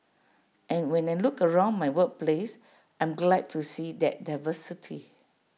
and when I look around my workplace I am glad to see that diversity